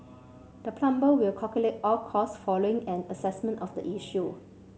the plumber will calculate all costs following an assessment of the issue